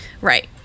Right